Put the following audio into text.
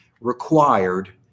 required